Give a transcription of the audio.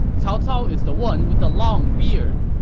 cao cao is the one with the long beard!